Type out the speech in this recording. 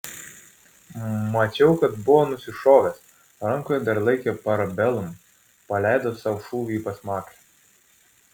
mačiau kad buvo nusišovęs rankoje dar laikė parabellum paleido sau šūvį į pasmakrę